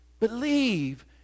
Believe